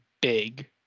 big